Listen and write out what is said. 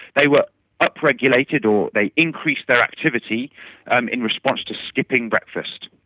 they were up-regulated or they increased their activity and in response to skipping breakfast.